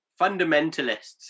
fundamentalists